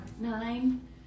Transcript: nine